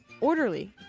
orderly